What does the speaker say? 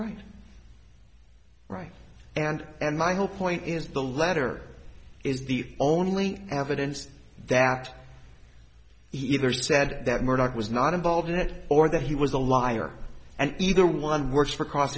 right right and and my whole point is the letter is the only evidence that either said that murdoch was not involved in it or that he was a liar and either one works for cross